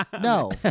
No